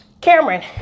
Cameron